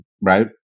right